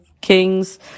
Kings